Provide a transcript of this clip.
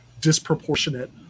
disproportionate